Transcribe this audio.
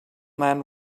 man